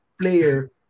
player